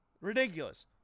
Ridiculous